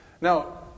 Now